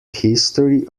history